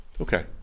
Okay